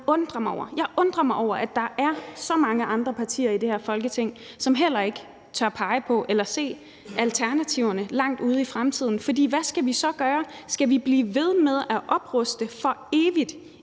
undrer mig over – at der er så mange andre partier i det her Folketing, som heller ikke tør pege på eller se alternativerne langt ude i fremtiden. For hvad skal vi så gøre? Skal vi blive ved med at opruste for evigt